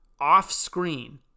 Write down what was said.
off-screen